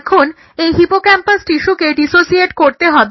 এখন এই হিপোক্যাম্পাস টিস্যুকে ডিসোসিয়েট করতে হবে